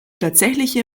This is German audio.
tatsächliche